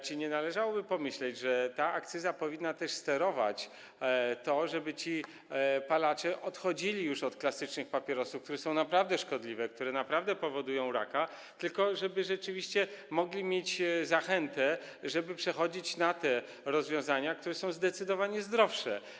Czy nie należałoby pomyśleć, że ta akcyza powinna też powodować to, żeby palacze odchodzili już od klasycznych papierosów, które są naprawdę szkodliwe, które naprawdę powodują raka, żeby rzeczywiście mogli mieć zachętę, by przechodzić na te rozwiązania, które są zdecydowanie zdrowsze?